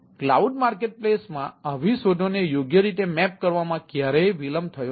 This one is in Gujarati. ક્લાઉડ માર્કેટપ્લેસ માં આવી શોધોને યોગ્ય રીતે મેચ કરવામાં ક્યારેય વિલંબ થયો નથી